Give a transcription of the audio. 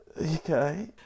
okay